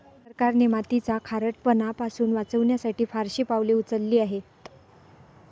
सरकारने मातीचा खारटपणा पासून वाचवण्यासाठी फारशी पावले उचलली आहेत